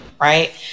right